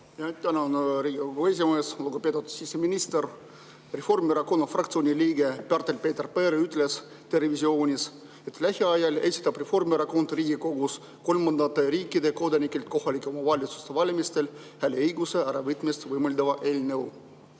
Tänan, Riigikogu esimees! Lugupeetud siseminister! Reformierakonna fraktsiooni liige Pärtel-Peeter Pere ütles "Terevisioonis", et lähiajal esitab Reformierakond Riigikogus kolmandate riikide kodanikelt kohalike omavalitsuste valimistel hääleõiguse äravõtmist võimaldava eelnõu.